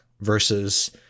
versus